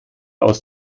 aus